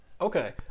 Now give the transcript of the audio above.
Okay